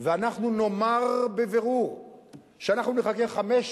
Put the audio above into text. ואנחנו נאמר בבירור שנחכה חמש,